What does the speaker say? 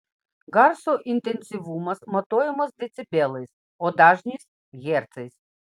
garso intensyvumas matuojamas decibelais o dažnis hercais